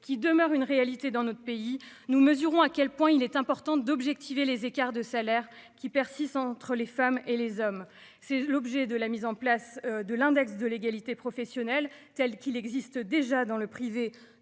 qui demeure une réalité dans notre pays, nous mesurons à quel point il est important d'objectiver les écarts de salaires qui perd 6 entre les femmes et les hommes. C'est l'objet de la mise en place de l'index de l'égalité professionnelle, telle qu'il existe déjà dans le privé